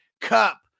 Cup